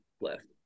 left